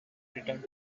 returned